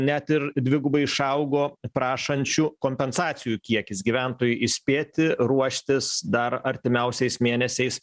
net ir dvigubai išaugo prašančių kompensacijų kiekis gyventojai įspėti ruoštis dar artimiausiais mėnesiais